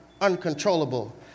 uncontrollable